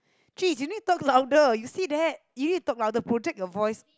chiz you need to talk louder you see that you need to talk louder project your voice